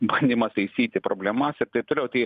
bandymas taisyti problemas ir taip toliau tai